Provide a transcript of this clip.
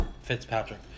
Fitzpatrick